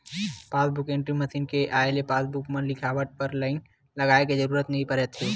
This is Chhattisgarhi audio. पासबूक एंटरी मसीन के आए ले पासबूक म लिखवाए बर लाईन लगाए के जरूरत नइ परत हे